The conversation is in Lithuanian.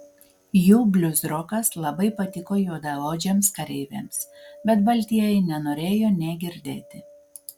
jų bliuzrokas labai patiko juodaodžiams kareiviams bet baltieji nenorėjo nė girdėti